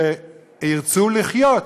שירצו לחיות,